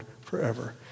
forever